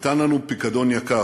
ניתן לנו פיקדון יקר: